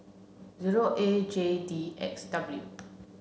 zero A J D X W